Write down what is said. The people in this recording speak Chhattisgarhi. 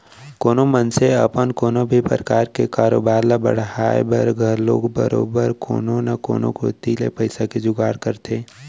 कोनो मनसे अपन कोनो भी परकार के कारोबार ल बढ़ाय बर घलौ बरोबर कोनो न कोनो कोती ले पइसा के जुगाड़ करथे